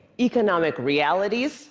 economic realities